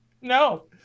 No